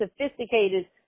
sophisticated